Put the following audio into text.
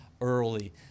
early